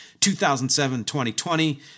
2007-2020